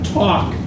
talk